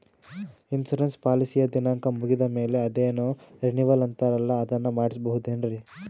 Insurance ಪಾಲಿಸಿಯ ದಿನಾಂಕ ಮುಗಿದ ಮೇಲೆ ಅದೇನೋ ರಿನೀವಲ್ ಅಂತಾರಲ್ಲ ಅದನ್ನು ಮಾಡಿಸಬಹುದೇನ್ರಿ?